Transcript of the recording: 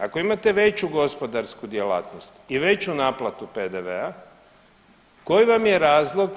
Ako imate veću gospodarsku djelatnost i veću naplatu PDV-a koji vam je razlog